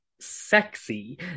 sexy